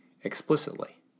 explicitly